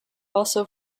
also